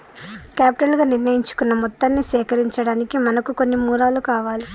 capital గా నిర్ణయించుకున్న మొత్తాన్ని సేకరించడానికి మనకు కొన్ని మూలాలు కావాలి